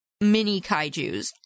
mini-kaijus